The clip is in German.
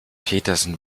petersen